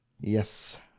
Yes